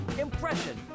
impression